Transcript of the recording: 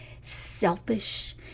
selfish